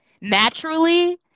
naturally